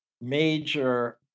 major